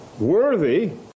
worthy